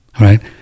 right